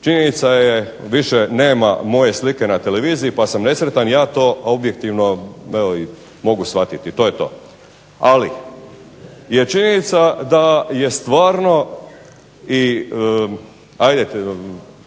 Činjenica je više nema moje slike na televizije pa sam nesretan, ja to objektivno mogu shvatiti. To je to. Ali je činjenica da je stvarno i ajde